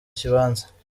kibanza